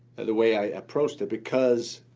the way i approached it because